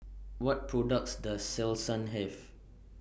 What products Does Selsun Have